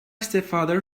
stepfather